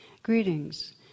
Greetings